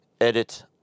edit